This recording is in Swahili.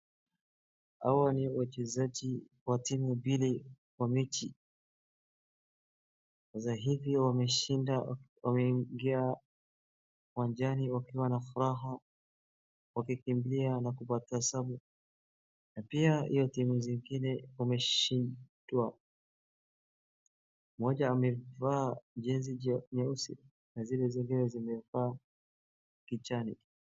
Hawa ni wachezaji wa timu mbili kwa mechi. Sasa hivi wameshinda wameingia uwanjani wakiwa na furaha wakikimbia na kutabasamu na pia hiyo timu zingine wameshindwa. Mmoja amevaa jezi nyeusi na zile zingine zimevaa kijani.